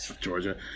Georgia